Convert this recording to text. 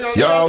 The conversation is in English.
yo